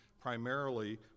primarily